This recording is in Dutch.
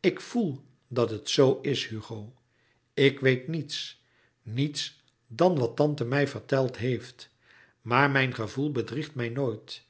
ik voel dat het zoo is hugo ik weet niets niets dan wat tante mij verteld heeft maar mijn gevoel bedriegt mij nooit